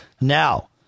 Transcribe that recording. Now